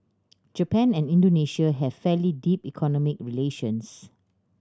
Japan and Indonesia have fairly deep economic relations